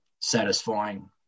satisfying